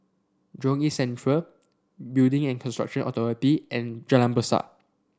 Jurong East Central Building and Construction Authority and Jalan Besar